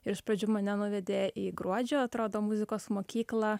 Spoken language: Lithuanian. ir iš pradžių mane nuvedė į gruodžio atrodo muzikos mokyklą